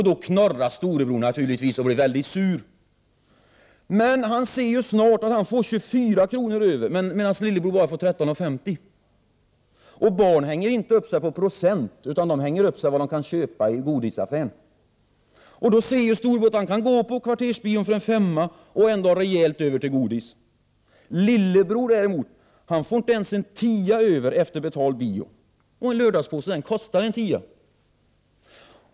Då knorrar storebror naturligtvis och blir väldigt sur, men han ser snart att han får 24 kr. över, medan lillebror bara får 13:50. Barn hänger inte upp sig på procent utan på vad de kan köpa i godisaffären, och snart ser storebror att han kan gå på kvartersbion för en femma och ändå har rejält över till godis. Lillebror däremot får inte ens en tia över efter betald bio. Och lördagspåsen kostar en tia.